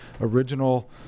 original